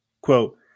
Quote